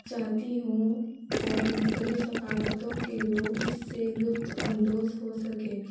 چاہتی ہوں اور مختلف ثقافتوں کے لوگ اس سے لطف اندوز ہو سکے